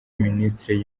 minisiteri